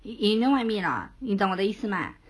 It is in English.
y~ you know what I mean or not 你懂我的意思吗